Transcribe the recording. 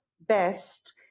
best